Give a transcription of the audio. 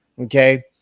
okay